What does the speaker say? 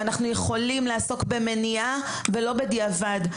ואנחנו יכולים לעסוק במניעה ולא בדיעבד.